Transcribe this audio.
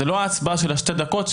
זה לא ההצבעה של השתי דקות,